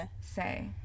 say